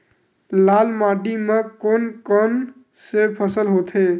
लाल माटी म कोन कौन से फसल होथे?